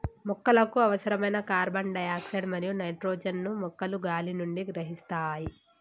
మొక్కలకు అవసరమైన carbon dioxide మరియు నైట్రోజన్ ను మొక్కలు గాలి నుండి గ్రహిస్తాయి